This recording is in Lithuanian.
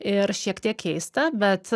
ir šiek tiek keista bet